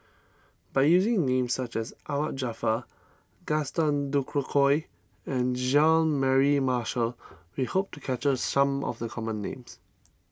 by using names such as Ahmad Jaafar Gaston Dutronquoy and Jean Mary Marshall we hope to capture some of the common names